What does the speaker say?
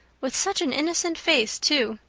with such an innocent face, too!